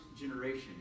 generation